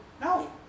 no